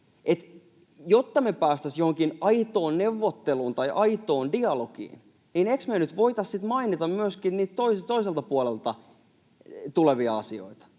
Jotta me päästäisiin johonkin aitoon neuvotteluun tai aitoon dialogiin, niin eikö me nyt voitaisi mainita myöskin niitä toiselta puolelta tulevia asioita?